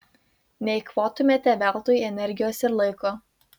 neeikvotumėte veltui energijos ir laiko